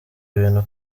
ibintu